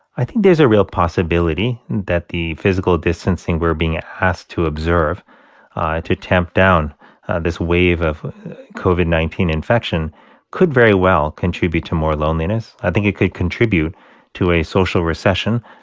i think there's a real possibility that the physical distancing we're being asked to observe to tamp down this wave of covid nineteen infection could very well contribute to more loneliness. i think it could contribute to a social recession,